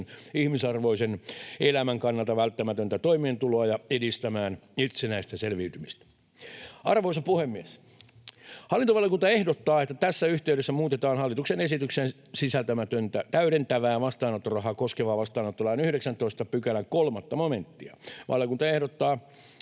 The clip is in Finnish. ihmisarvoisen elämän kannalta välttämätöntä toimeentuloa ja edistämään itsenäistä selviytymistä. Arvoisa puhemies! Hallintovaliokunta ehdottaa, että tässä yhteydessä muutetaan hallituksen esitykseen sisältymätöntä, täydentävää vastaanottorahaa koskevan vastaanottolain 19 §:n 3 momenttia. Valiokunta ehdottaa